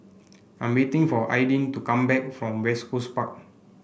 I'm waiting for Aidyn to come back from West Coast Park